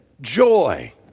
joy